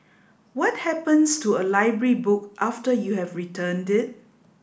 what happens to a library book after you have returned it